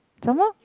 some more